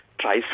Try